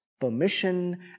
permission